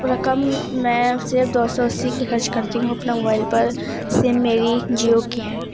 رقم میں صرف دو سو اسی کی خرچ کرتی ہوں اپنا موبائل پر سم میری جیو کی ہے